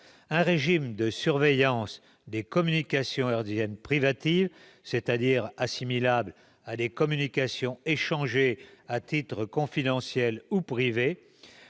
un régime de surveillance des communications hertziennes « privatives », c'est-à-dire assimilables à des communications échangées à titre confidentiel ou privé,